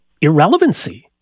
irrelevancy